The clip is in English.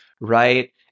right